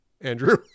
Andrew